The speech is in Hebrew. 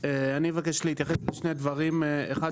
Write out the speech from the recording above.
אבקש להתייחס לשני דברים: אחד,